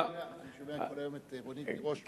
אני שומע כל היום את רונית תירוש,